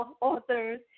authors